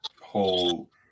whole